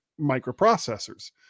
microprocessors